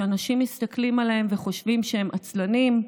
שאנשים מסתכלים עליהם וחושבים שהם עצלנים,